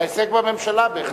להישג בממשלה.